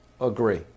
agree